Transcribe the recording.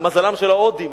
למזלם של ההודים,